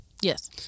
Yes